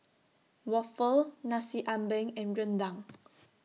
Waffle Nasi Ambeng and Rendang